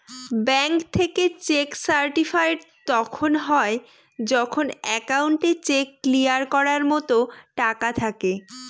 bank থেকে cheque certified তখন হয় যখন একাউন্টে চেক ক্লিয়ার করার মতো টাকা থাকে